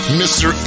mr